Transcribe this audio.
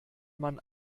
man